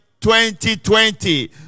2020